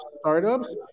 startups